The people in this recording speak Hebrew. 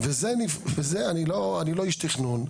אני לא איש תכנון,